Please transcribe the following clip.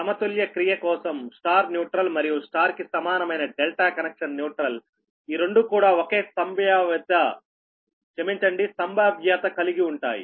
సమతుల్య క్రియ కోసం Y న్యూట్రల్ మరియు Y కి సమానమైన ∆ కనెక్షన్ న్యూట్రల్ ఈ రెండూ కూడా ఒకే సంభావ్యత కలిగి ఉంటాయి